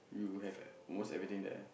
we will have almost everything there